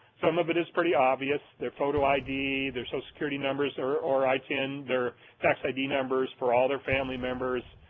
some of it is pretty obvious, their photo id, their social so security numbers, or or itin, their tax id numbers for all their family members.